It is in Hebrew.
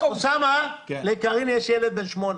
אוסאמה, לקארין יש ילד בן שמונה.